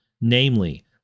Namely